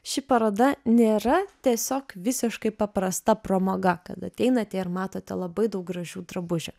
ši paroda nėra tiesiog visiškai paprasta pramoga kad ateinate ir matote labai daug gražių drabužių